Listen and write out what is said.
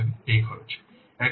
সুতরাং সেটআপ খরচ হিসাবে এই খরচ